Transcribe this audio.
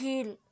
கீழ்